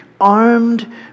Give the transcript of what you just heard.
armed